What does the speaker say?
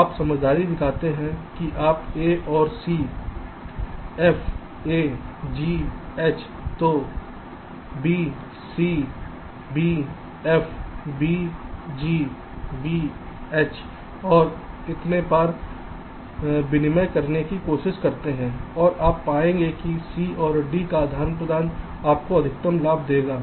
आप समझदारी दिखाते हैं कि आप A और C F A G H तो B C B F B G B H और इतने पर विनिमय करने की कोशिश करते हैं और आप पाएंगे कि C और D का आदान प्रदान आपको अधिकतम लाभ देगा